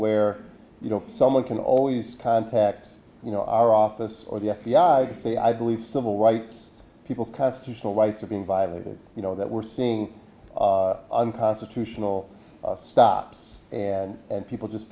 where you know someone can always contact you know our office or the f b i say i believe civil rights people's constitutional rights are being violated you know that we're seeing unconstitutional stops and people just